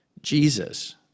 Jesus